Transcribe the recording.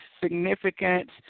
significant